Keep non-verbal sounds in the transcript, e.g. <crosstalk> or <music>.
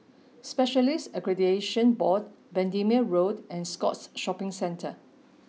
<noise> Specialists Accreditation Board Bendemeer Road and Scotts Shopping Centre